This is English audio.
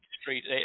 street